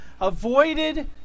avoided